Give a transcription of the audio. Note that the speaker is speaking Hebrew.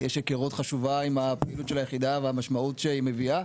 יש היכרות חשובה עם הפעילות של היחידה והמשמעות שהיא מביאה.